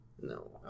No